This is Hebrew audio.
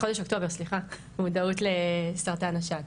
החודש למודעות סרטן השד.